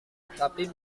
tapi